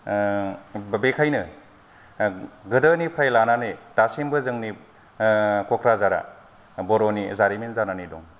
बे बेखायनो गोदोनिफ्राय लानानै दासिमबो जोंनि क'क्राझारा बर'नि जारिमिन जानानै दं